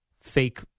fake